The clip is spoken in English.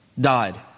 died